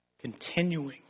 continuing